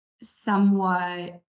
somewhat